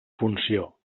funció